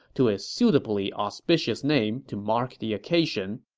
to a suitably auspicious name to mark the occasion.